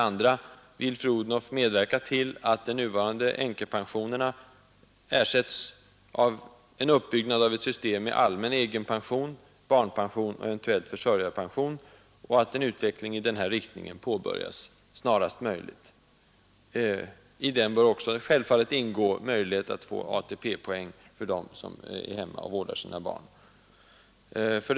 2. vill fru Odhnoff medverka till att de nuvarande änkepensionerna ersätts genom uppbyggnad av ett system med allmän egenpension, barnpension och eventuellt försörjarpension och att en utveckling i den riktningen påbörjas snarast möjligt? I den bör självfallet också ingå möjlighet att få ATP-poäng för dem som är hemma och vårdar sina barn.